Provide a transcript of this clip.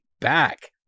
back